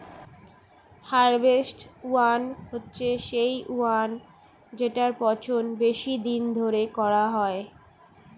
harvest wine হচ্ছে সেই wine জেটার পচন বেশি দিন ধরে করা হয়